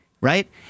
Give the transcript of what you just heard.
Right